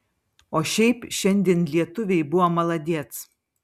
o šiaip šiandien lietuviai buvo maladėc